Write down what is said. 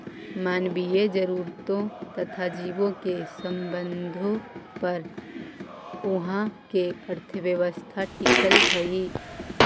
मानवीय जरूरतों तथा जीवों के संबंधों पर उहाँ के अर्थव्यवस्था टिकल हई